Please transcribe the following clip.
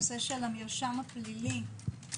הנושא של המרשם הפלילי הוא